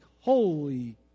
holy